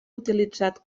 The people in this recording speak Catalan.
utilitzat